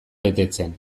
betetzen